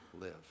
live